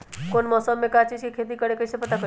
कौन मौसम में का चीज़ के खेती करी कईसे पता करी?